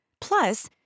Plus